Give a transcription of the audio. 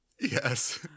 Yes